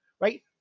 right